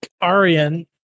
Arian